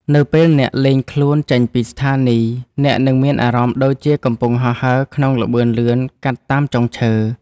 នៅពេលអ្នកលែងខ្លួនចេញពីស្ថានីយ អ្នកនឹងមានអារម្មណ៍ដូចជាកំពុងហោះហើរក្នុងល្បឿនលឿនកាត់តាមចុងឈើ។